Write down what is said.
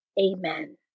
Amen